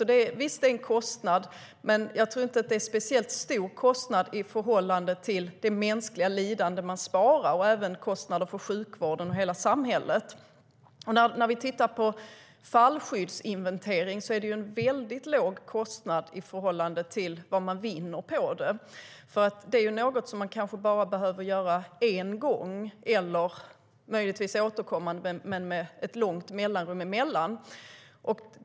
Visst är det en kostnad, men jag tror inte att det är en speciellt stor kostnad i förhållande till det mänskliga lidande man sparar samt de uteblivna kostnaderna för sjukvården och hela samhället. När det gäller fallskyddsinventering är det en väldigt låg kostnad i förhållande till vad man vinner på det. Det är något som man kanske bara behöver göra en gång, eller möjligtvis återkommande men med långa mellanrum.